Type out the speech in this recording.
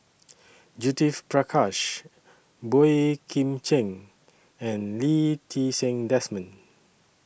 Judith Prakash Boey Kim Cheng and Lee Ti Seng Desmond